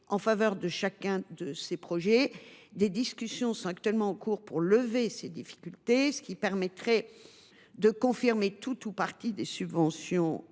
en faveur de chacun de ces projets. Des discussions sont en cours pour lever ces difficultés, ce qui permettrait de confirmer tout ou partie des subventions